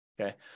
Okay